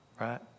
right